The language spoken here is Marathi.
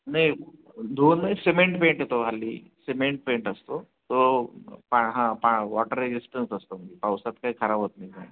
नाही धुवून सिमेंट पेंट येतो हल्ली सिमेंट पेंट असतो तो पा हां पा वॉटर रेजिस्टन्स असतो म्हणजे पावसात काही खराब होत नाही काय नाही